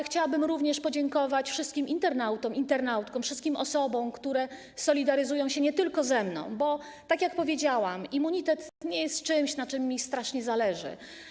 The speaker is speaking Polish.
Chciałabym również podziękować wszystkim internautom i internautkom, wszystkim osobom, które solidaryzują się nie tylko ze mną, bo immunitet, tak jak powiedziałam, nie jest czymś, na czym mi strasznie zależy.